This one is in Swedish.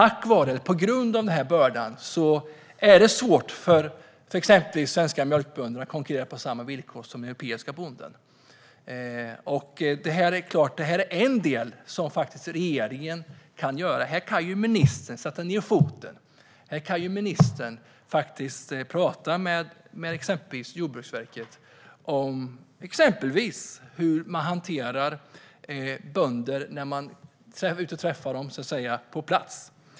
På grund av denna börda är det svårt för exempelvis den svenska mjölkbonden att konkurrera på samma villkor som den europeiska bonden. Här kan regeringen faktiskt göra något. Ministern kan sätta ned foten och tala med exempelvis Jordbruksverket om hur man hanterar bönder när man är ute och träffar dem på plats.